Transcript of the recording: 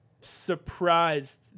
surprised